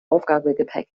aufgabegepäck